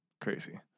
Crazy